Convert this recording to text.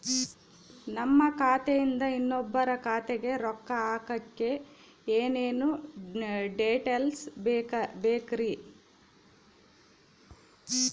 ನಮ್ಮ ಖಾತೆಯಿಂದ ಇನ್ನೊಬ್ಬರ ಖಾತೆಗೆ ರೊಕ್ಕ ಹಾಕಕ್ಕೆ ಏನೇನು ಡೇಟೇಲ್ಸ್ ಬೇಕರಿ?